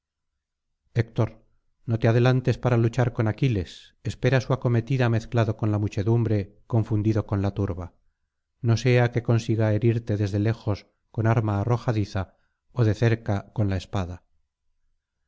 no te adelantes para luchar con aquiles espera su acometida mezclado con la muchedumbre confundido con la turba no sea que consiga herirte desde lejos con arma arrojadiza ó de cerca con la espada